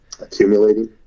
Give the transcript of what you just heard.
accumulating